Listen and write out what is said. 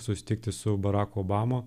susitikti su baraku obama